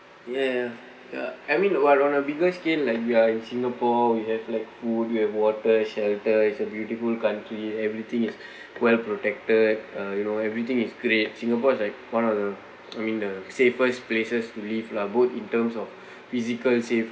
ya ya ya ya I mean while on the bigger scale like we're in singapore we have like wa~ you have water shelter it's a beautiful country everything is well protected uh you know everything is great singapore is like one of the I mean the safest places to live lah both in terms of physical safety